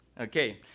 okay